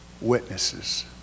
Witnesses